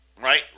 Right